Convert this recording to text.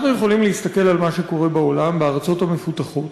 אנחנו יכולים להסתכל על מה שקורה בארצות המפותחות